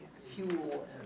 fuel